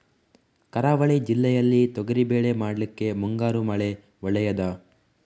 ಕರಾವಳಿ ಜಿಲ್ಲೆಯಲ್ಲಿ ತೊಗರಿಬೇಳೆ ಮಾಡ್ಲಿಕ್ಕೆ ಮುಂಗಾರು ಮಳೆ ಒಳ್ಳೆಯದ?